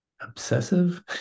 Obsessive